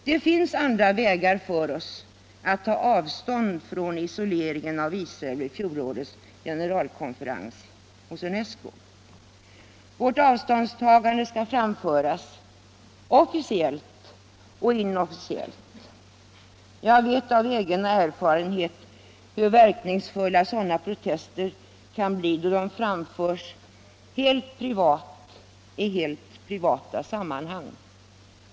Det finns andra vägar för oss att ta avstånd från isoleringen av Israel vid fjolårets generalkonferens hos UNESCO. Vårt avståndstagande skall framföras — officiellt och inofficiellt. Av egen erfarenhet vet jag hur verkningsfulla sådana protester kan bli då de framförs i helt privata sammanhang.